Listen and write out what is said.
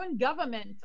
government